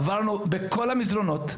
עברנו בכל המסדרונות.